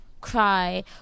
cry